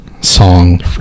song